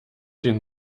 den